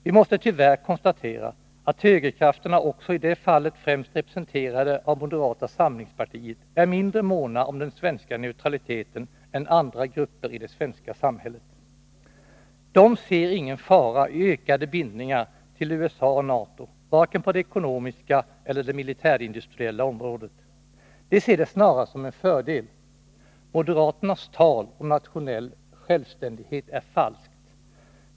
Vi måste tyvärr konstatera att högerkrafterna, också i det fallet främst representerade av moderata samlingspartiet, är mindre måna om den svenska neutraliteten än andra grupper i det svenska samhället. De ser ingen fara i ökade bindningar till USA och NATO, varken på det ekonomiska eller det militärindustriella området. De ser det snarare som en fördel. Moderaternas tal om nationell självständighet är falskt.